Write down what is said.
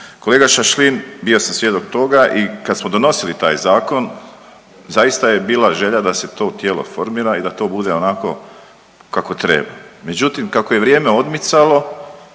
Kolega Šašlin, bio sam svjedok toga i kad smo donosili taj zakon zaista je bila želja da se to tijelo formira i da to bude onako kako treba, međutim kako je vrijeme odmicalo